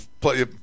play